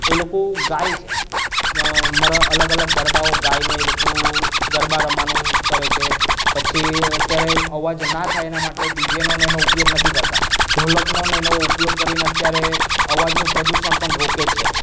એ લોકો ગાઈ છે મર અલગ અલગ ગરબાઓ ગાઈને એ લોકો ગરબા રમવાનું કરે છે પછી અત્યારે અવાજના થાય તેના માટે ડીજેનો ને એનો ઉપયોગ નથી કરતાં ઢોલકનો ને એનો ઉપયોગ કરીને અત્યારે અવાજનું પ્રદૂષણ પણ રોકે છે